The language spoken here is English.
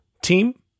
team